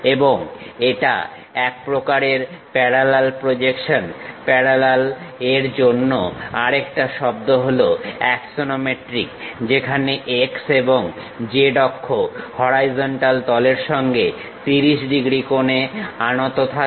এবং এটা এক প্রকারের প্যারালাল প্রজেকশন প্যারালাল এর জন্য আরেকটা শব্দ হলো অ্যাক্সনোমেট্রিক যেখানে x এবং z অক্ষ হরাইজন্টাল তলের সঙ্গে 30 ডিগ্রী কোণে আনত থাকে